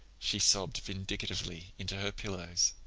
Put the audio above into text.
she sobbed vindictively into her pillows.